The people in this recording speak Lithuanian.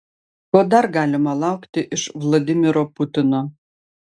ko dar galima laukti iš vladimiro putino